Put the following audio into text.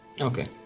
Okay